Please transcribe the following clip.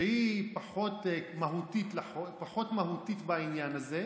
שהיא פחות מהותית בעניין הזה,